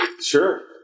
sure